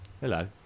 hello